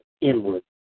inward